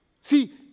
See